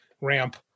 ramp